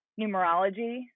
numerology